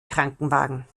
krankenwagen